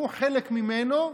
שהוא חלק ממנו,